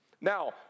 Now